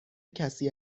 کسی